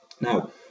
now